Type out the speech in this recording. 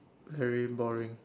very boring